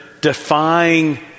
defying